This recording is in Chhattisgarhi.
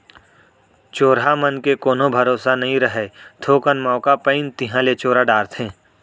चोरहा मन के कोनो भरोसा नइ रहय, थोकन मौका पाइन तिहॉं ले चोरा डारथें